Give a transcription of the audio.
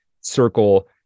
circle